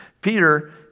Peter